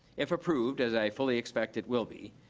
if approved, as i fully expect it will be,